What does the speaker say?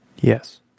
yes